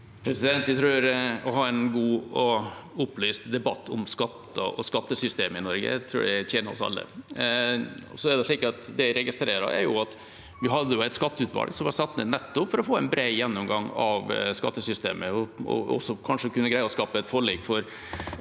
Jeg tror det å ha en god og opplyst debatt om skatter og skattesystemet i Norge tjener oss alle. Det jeg registrerer, er at vi hadde et skatteutvalg som var satt ned nettopp for å få en bred gjennomgang av skattesystemet, og som kanskje kunne greie å skape et forlik for